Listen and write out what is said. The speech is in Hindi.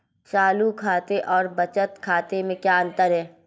चालू खाते और बचत खाते में क्या अंतर है?